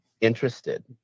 interested